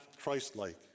Christ-like